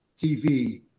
TV